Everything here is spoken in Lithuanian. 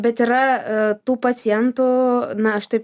bet yra tų pacientų na aš taip